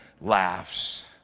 laughs